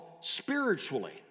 spiritually